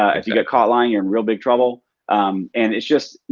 ah if you get caught lying you're in real big trouble and it's just,